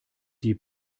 die